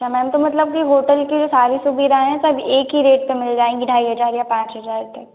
अच्छा मैम तो मतलब कि होटल के यह सारे सुविधाएँ सब एक ही रेट पर मिल जाएँगी ढाई हज़ार या पाँच हज़ार तक